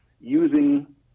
using